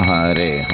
Hare